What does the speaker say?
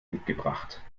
mitgebracht